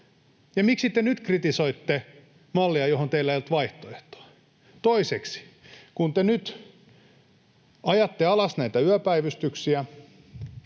miksi te nyt kritisoitte mallia, johon teillä ei ollut vaihtoehtoa? Toiseksi: Kun te nyt ajatte alas näitä yöpäivystyksiä,